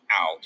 out